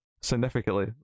significantly